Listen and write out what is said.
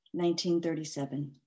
1937